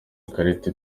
ikarita